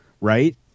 Right